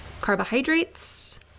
carbohydrates